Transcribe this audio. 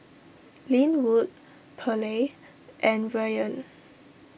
Linwood Pearle and Rian